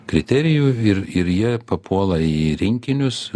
kriterijų ir ir jie papuola į rinkinius